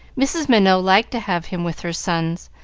mrs. minot liked to have him with her sons,